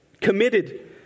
committed